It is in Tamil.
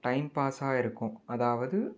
டைம் பாஸாக இருக்கும் அதாவது